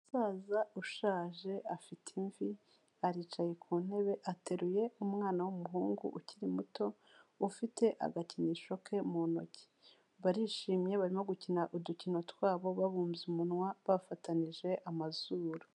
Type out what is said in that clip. Umusaza ushaje afite imvi aricaye ku ntebe ateruye umwana w'umuhungu ukiri muto, ufite agakinisho ke mu ntoki, barishimye barimo gukina udukino twabo babumbye umunwa bafatanije amazuru.